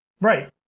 Right